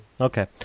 Okay